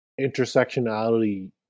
intersectionality